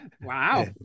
Wow